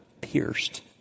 pierced